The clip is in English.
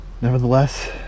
Nevertheless